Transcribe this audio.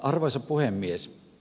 arvoisa puhemies